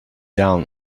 down